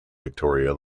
victoria